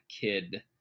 kid